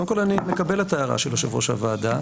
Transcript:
קודם כול, אני מקבל את ההערה של יושב-ראש הוועדה.